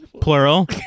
plural